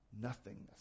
nothingness